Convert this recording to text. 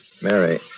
Mary